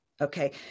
Okay